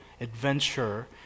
adventure